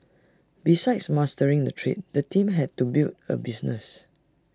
besides mastering the trade the team had to build A business